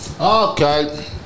okay